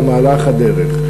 במהלך הדרך.